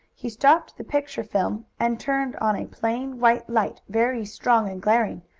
he stopped the picture film, and turned on a plain, white light, very strong and glaring,